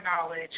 knowledge